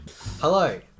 Hello